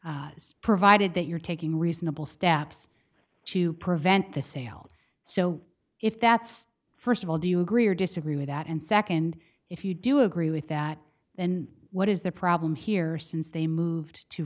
ok provided that you're taking reasonable steps to prevent the sale so if that's first of all do you agree or disagree with that and second if you do agree with that then what is the problem here since they moved to